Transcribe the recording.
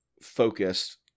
focused